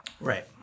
Right